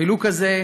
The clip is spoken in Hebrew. החלוקה הזאת